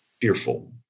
fearful